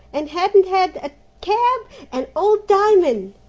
and hadn't had a cab and old diamond!